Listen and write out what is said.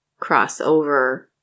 crossover